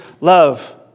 love